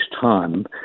time